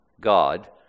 God